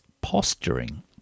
posturing